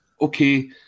okay